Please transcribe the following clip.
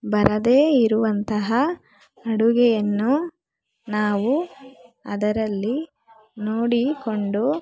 ಬರದೇ ಇರುವಂತಹ ಅಡುಗೆಯನ್ನು ನಾವು ಅದರಲ್ಲಿ ನೋಡಿಕೊಂಡು